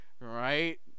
right